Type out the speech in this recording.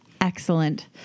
excellent